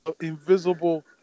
invisible